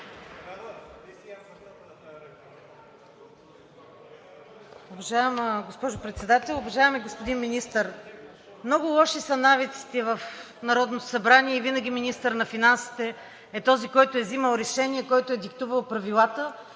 Уважаема госпожо Председател! Уважаеми господин Министър, много лоши са навиците в Народното събрание и винаги министърът на финансите е този, който е взимал решение, който е диктувал правилата